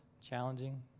challenging